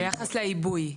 ביחס לעיבוי.